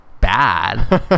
bad